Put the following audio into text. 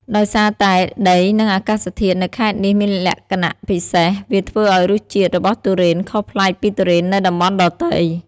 ដោយសារតែដីនិងអាកាសធាតុនៅខេត្តនេះមានលក្ខណៈពិសេស វាធ្វើឲ្យរសជាតិរបស់ទុរេនខុសប្លែកពីទុរេននៅតំបន់ដទៃ។